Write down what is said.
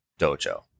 dojo